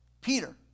Peter